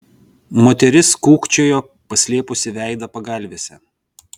moteris kūkčiojo paslėpusi veidą pagalvėse